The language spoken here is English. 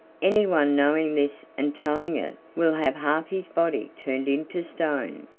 anyone knowing this and telling it will have half his body turned into stone,